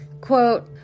Quote